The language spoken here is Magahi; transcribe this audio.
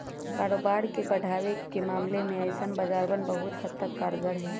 कारोबार के बढ़ावे के मामले में ऐसन बाजारवन बहुत हद तक कारगर हई